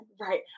right